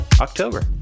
October